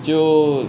就